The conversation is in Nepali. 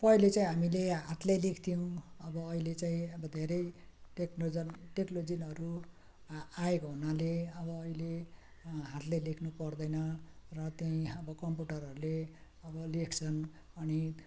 पहिले चाहिँ हामीले हातले लेख्थ्यौँ अब अहिले चाहिँ अब धेरै टेक्लोजन टेक्नोलोजीहरू आ आएको हुनाले अब अहिले हातले लेख्नुपर्दैन र त्यहीँ अब हाम्रो कम्प्युटरहरूले अब लेख्छन् अनि